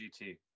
GT